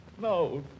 no